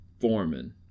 Foreman